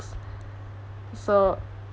so